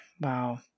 Wow